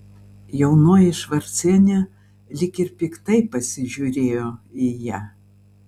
jaunoji švarcienė lyg ir piktai pasižiūrėjo į ją